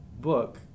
book